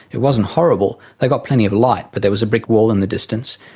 it wasn't horrible, they got plenty of light but there was a brick wall in the distance.